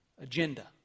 agenda